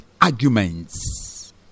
arguments